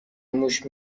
موش